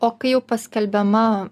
o kai paskelbiama